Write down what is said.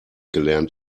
gelernt